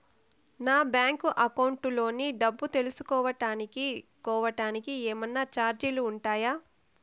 నా bank account లోని డబ్బు తెలుసుకోవడానికి కోవడానికి ఏమన్నా చార్జీలు ఉంటాయా?